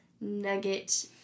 nugget